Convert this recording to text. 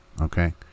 Okay